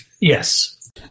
Yes